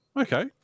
okay